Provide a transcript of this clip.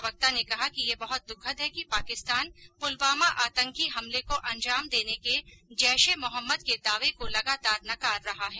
प्रवक्ता ने कहा कि यह बहुत दुखद है कि पाकिस्तान पुलवामा आतंकी हमले को अंजाम देने को जैश ए मोहम्मद के दावे को लगातार नकार रहा है